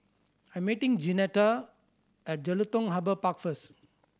I'm meeting Jeanetta at Jelutung Harbour Park first